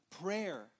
Prayer